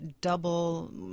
double